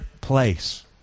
place